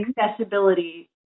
accessibility